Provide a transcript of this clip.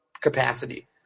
capacity